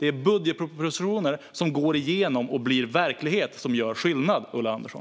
Det är budgetpropositioner som går igenom och blir verklighet som gör skillnad, Ulla Andersson.